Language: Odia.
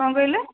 କ'ଣ କହିଲେ